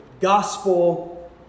Gospel